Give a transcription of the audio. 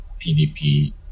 PDP